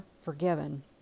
forgiven